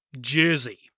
jersey